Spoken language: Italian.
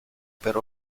per